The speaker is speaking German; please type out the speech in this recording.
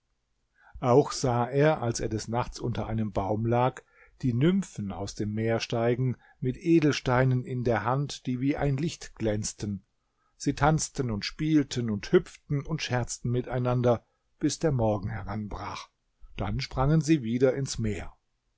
auch sah er als er des nachts unter einem baum lag die nymphen aus dem meer steigen mit edelsteinen in der hand die wie ein licht glänzten sie tanzten und spielten und hüpften und scherzten miteinander bis der morgen heranbrach dann sprangen sie wieder ins meer